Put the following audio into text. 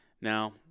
Now